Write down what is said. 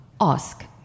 ask